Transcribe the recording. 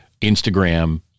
instagram